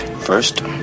First